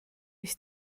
mis